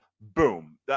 Boom